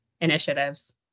initiatives